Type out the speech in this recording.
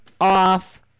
off